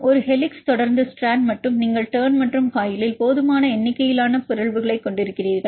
ஒரு ஹெலிக்ஸ் தொடர்ந்து ஸ்ட்ராண்ட் மற்றும் நீங்கள் டர்ன் மற்றும் காயிலில் போதுமான எண்ணிக்கையிலான பிறழ்வுகளைக் கொண்டிருக்கிறீர்கள்